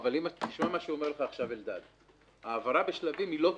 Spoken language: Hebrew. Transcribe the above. תשמע את מה שאומר לך עכשיו אלדד קובלנץ: העברה בשלבים לא טובה,